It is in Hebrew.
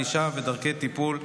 ענישה ודרכי טיפול)